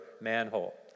manhole